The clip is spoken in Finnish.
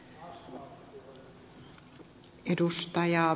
arvoisa puhemies